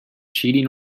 cheating